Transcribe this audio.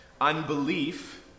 Unbelief